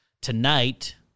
Tonight